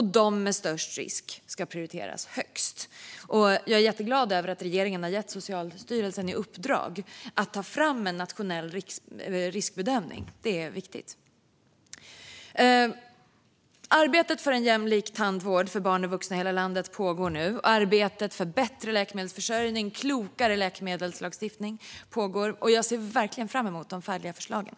De med störst risk ska prioriteras högst. Jag är jätteglad över att regeringen har gett Socialstyrelsen i uppdrag att ta fram underlag för en nationell riskbedömning. Det är viktigt. Arbetet för en jämlik tandvård för barn och vuxna i hela landet pågår nu. Arbetet för bättre läkemedelsförsörjning och klokare läkemedelslagstiftning pågår. Jag ser verkligen fram emot de färdiga förslagen.